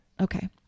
Okay